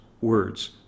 words